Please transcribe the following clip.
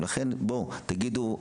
תמוה בעיני שיש תכנית הסבה,